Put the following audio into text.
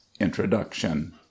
Introduction